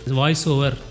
voiceover